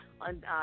on